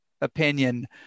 opinion